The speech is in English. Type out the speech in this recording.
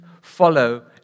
follow